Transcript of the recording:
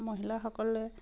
মহিলাসকলে